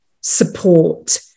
support